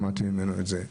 שמעתי ממנו את זה.